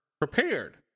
prepared